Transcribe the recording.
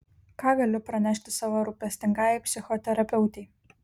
ką galiu pranešti savo rūpestingajai psichoterapeutei